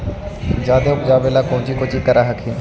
जादे उपजाबे ले अपने कौची कौची कर हखिन?